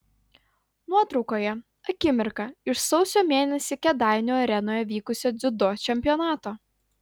nuotraukoje akimirka iš sausio mėnesį kėdainių arenoje vykusio dziudo čempionato